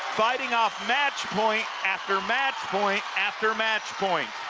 fighting off match point after match point after match point.